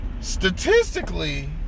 statistically